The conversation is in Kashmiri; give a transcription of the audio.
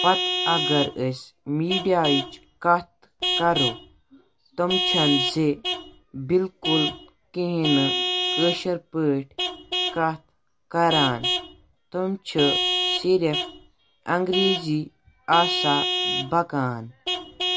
پتہٕ اگر أسۍ میٖڈیاہٕچ کَتھ کَرو تِم چھنہٕ زِ بِلکُل کِہیٖنۍ نہٕ کٲشِر پٲٹھۍ کَتھ کَران تِم چھِ صِرِف اِنٛگریٖزی آسان بَکان